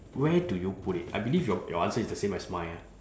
where do you put it I believe your your answer is the same as mine ah